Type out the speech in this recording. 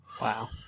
Wow